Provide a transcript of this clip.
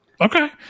Okay